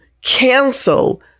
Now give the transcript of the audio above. cancel